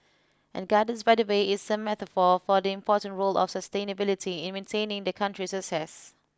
and gardens by the bay is a metaphor for the important role of sustainability in maintaining the country's success